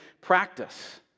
practice